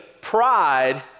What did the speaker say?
Pride